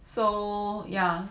so ya